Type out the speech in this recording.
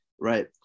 right